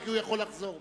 אם כי הוא יכול לחזור בו.